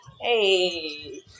Hey